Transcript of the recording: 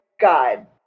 god